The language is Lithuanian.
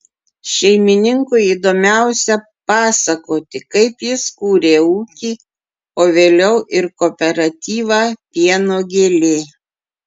šeimininkui įdomiausia pasakoti kaip jis kūrė ūkį o vėliau ir kooperatyvą pieno gėlė